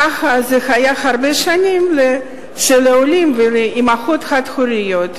כך זה היה הרבה שנים, שלעולים ולאמהות חד-הוריות,